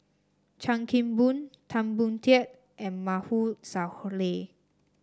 Chan Kim Boon Tan Boon Teik and Maarof Salleh